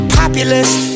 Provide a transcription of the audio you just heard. populist